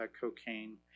cocaine